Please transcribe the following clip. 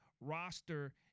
roster